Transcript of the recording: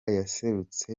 yaserutse